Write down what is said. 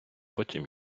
потім